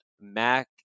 Mac